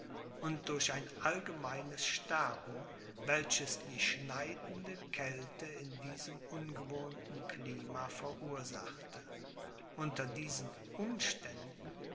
und durch ein allgemeines sterben welches die schneidende kälte in diesem ungewohnten klima verursachte unter diesen umständen